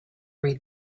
read